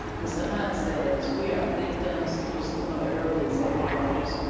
mr hunt says we are victims, he was one of the early executive directors.